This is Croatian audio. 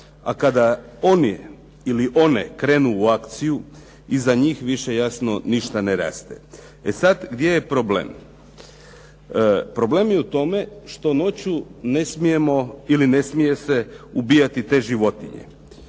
a kada oni ili one krenu u akciju iza njih više jasno ništa ne raste. E sad, gdje je problem? Problem je u tome što noću ne smijemo ili ne smije se ubijati te životinje.